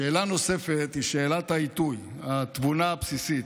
שאלה נוספת היא שאלת העיתוי, התבונה הבסיסית: